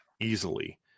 easily